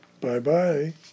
Bye-bye